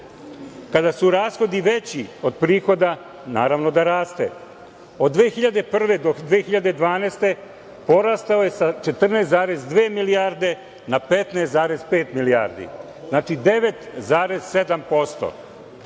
kada su rashodi veći od prihoda, naravno da raste. Od 2001. do 2012. godine porastao je sa 14,2 milijarde na 15,5 milijardi, znači 9,7%.